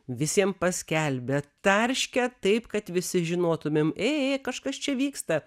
visiems paskelbia tarškia taip kad visi žinotumėm ei kažkas čia vyksta